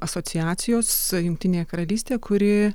asociacijos jungtinėje karalystėje kuri